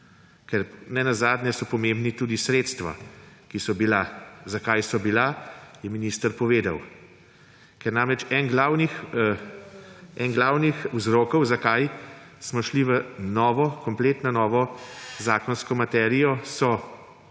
Nenazadnje so pomembna tudi sredstva, ki so bila – za kaj so bila, je minister povedal. Namreč, en glavnih vzrokov, zakaj smo šli v kompletno novo zakonsko materijo, so že